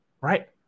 right